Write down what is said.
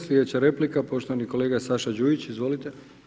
Sljedeća replika poštovani kolega Saša Đujić, izvolite.